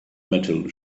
metal